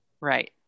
Right